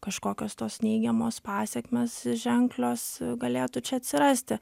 kažkokios tos neigiamos pasekmės ženklios galėtų čia atsirasti